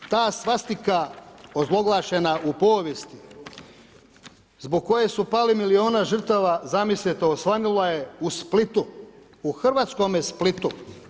Ta svastika ozloglašena u povijesti zbog koje su pali milijuna žrtava, zamislite osvanula je u Splitu u hrvatskome Splitu.